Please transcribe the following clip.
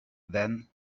then